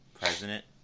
president